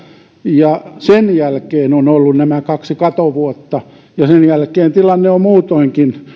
ja sen jälkeen on ollut nämä kaksi katovuotta ja sen jälkeen tilanne on muutoinkin